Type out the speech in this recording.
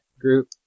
Group